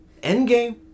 Endgame